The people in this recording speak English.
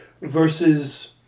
Versus